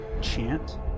chant